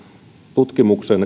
tutkimuksen